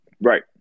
Right